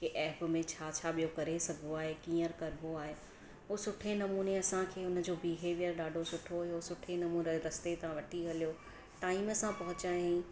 की ऐप में छा छा ॿियो करे सघिबो आहे कीअं कबो आहे ऐं सुठे नमूने असांखे उन जो बिहेवियर ॾाढो सुठो हुयो सुठे नमूने रस्ते तां वठी हलियो टाइम सां पहुचायाईं